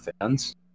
fans